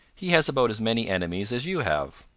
he has about as many enemies as you have.